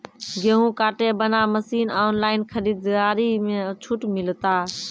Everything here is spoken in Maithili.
गेहूँ काटे बना मसीन ऑनलाइन खरीदारी मे छूट मिलता?